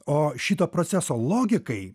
o šito proceso logikai